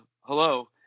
hello